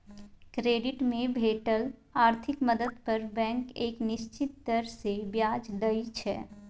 credit से भेटल आर्थिक मदद पर बैंक एक निश्चित दर से ब्याज लइ छइ